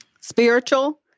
Spiritual